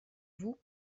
vous